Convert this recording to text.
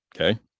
Okay